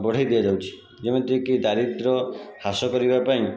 ବଢ଼େଇ ଦିଆଯାଉଛି ଯେମିତି କି ଦାରିଦ୍ର ହ୍ରାସ କରିବା ପାଇଁ